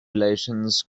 relations